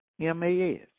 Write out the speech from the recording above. M-A-S